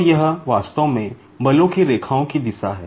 तो यह वास्तव में बलों की रेखाओं की दिशा है